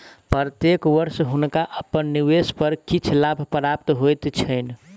प्रत्येक वर्ष हुनका अपन निवेश पर किछ लाभ प्राप्त होइत छैन